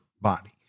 body